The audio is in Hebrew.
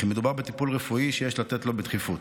וכי מדובר בטיפול רפואי שיש לתת לו בדחיפות.